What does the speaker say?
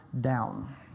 down